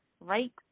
right